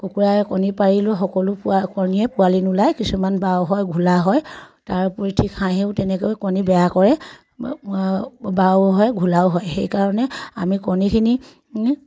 কুকুৰাই কণী পাৰিলেও সকলো পুৱা কণীয়ে পোৱালি নোলায় কিছুমান বাও হয় ঘোলা হয় তাৰ উপৰি ঠিক হাঁহেও তেনেকৈ কণী বেয়া কৰে বাও হয় ঘোলাও হয় সেইকাৰণে আমি কণীখিনি